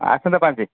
ଆସନ୍ତା ପାଞ୍ଚ